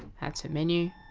add to menu.